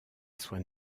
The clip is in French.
soit